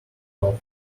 off